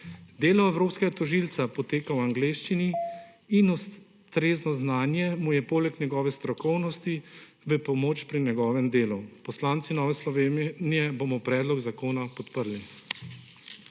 Delo evropskega tožilca poteka v angleščini in ustrezno znanje mu je poleg njegove strokovnosti v pomoč pri njegovem delu. Poslanci Nove Slovenije bomo predlog zakona podprli.